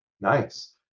Nice